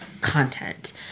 content